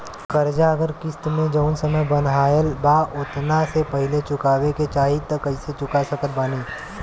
कर्जा अगर किश्त मे जऊन समय बनहाएल बा ओतना से पहिले चुकावे के चाहीं त कइसे चुका सकत बानी?